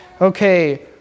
Okay